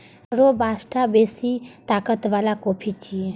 robusta बेसी ताकत बला कॉफी छियै